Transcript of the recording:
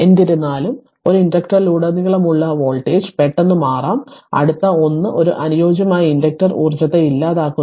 എന്നിരുന്നാലും ഒരു ഇൻഡക്ടറിലുടനീളമുള്ള വോൾട്ടേജ് പെട്ടെന്ന് മാറാം അടുത്ത 1 ഒരു അനുയോജ്യമായ ഇൻഡക്റ്റർ ഊർജ്ജത്തെ ഇല്ലാതാക്കുന്നില്ല